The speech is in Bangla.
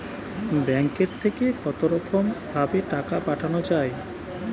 ব্যাঙ্কের থেকে কতরকম ভাবে টাকা পাঠানো য়ায়?